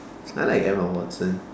I like Emma Watson